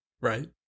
Right